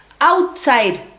outside